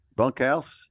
bunkhouse